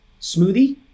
smoothie